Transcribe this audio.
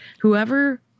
Whoever